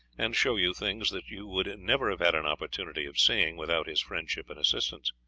and show you things that you would never have had an opportunity of seeing without his friendship and assistance.